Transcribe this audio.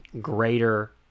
greater